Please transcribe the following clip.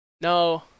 No